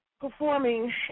performing